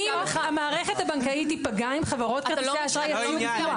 המערכת הבנקאית תיפגע אם חברות כרטיסי האשראי יציעו ביטוח?